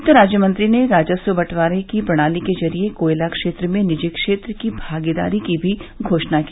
वित्त राज्यमंत्री ने राजस्व बंटवारे की प्रणाली के जरिए कोयला क्षेत्र में निजी क्षेत्र की भागीदारी की घोषणा भी की